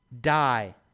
die